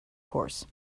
course